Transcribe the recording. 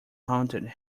haunted